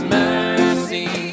mercy